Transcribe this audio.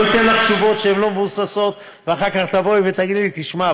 לא אתן לך תשובות שהן לא מבוססות ואחר כך תבואי ותגידי לי: תשמע.